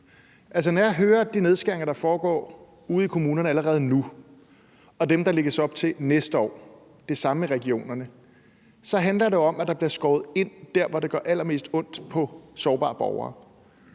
Når jeg hører om de nedskæringer, der foregår ude i kommunerne allerede nu, og dem, der lægges op til næste år – det samme i regionerne – så handler det om, at der bliver skåret ind der, hvor det gør allermest ondt på sårbare borgere.